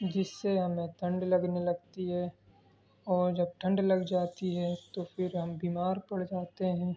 جس سے ہمیں ٹھنڈ لگنے لگتی ہے اور جب ٹھنڈ لگ جاتی ہے تو پھر ہم بیمار پڑ جاتے ہیں